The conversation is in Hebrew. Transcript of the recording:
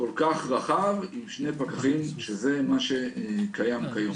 כל כך רחב עם שני פקחים שזה מה שקיים כיום.